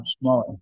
smaller